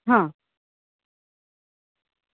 હ